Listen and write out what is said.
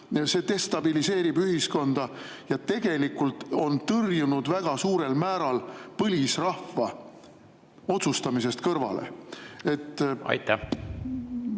See destabiliseerib ühiskonda ja tegelikult on tõrjunud väga suurel määral põlisrahva otsustamisest kõrvale. Jaa.